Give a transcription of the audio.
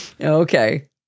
Okay